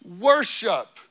worship